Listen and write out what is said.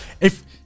if-